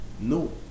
No